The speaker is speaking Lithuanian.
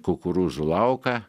kukurūzų lauką